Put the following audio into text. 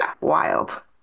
wild